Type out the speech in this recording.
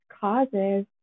causes